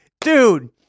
Dude